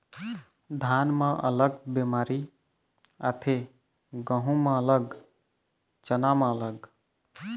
धान म अलग बेमारी आथे, गहूँ म अलग, चना म अलग